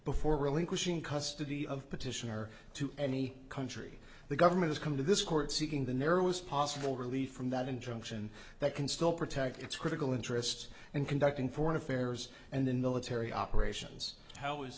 before relinquishing custody of petitioner to any country the government has come to this court seeking the narrowest possible relief from that injunction that can still protect its critical interests in conducting foreign affairs and in military operations how is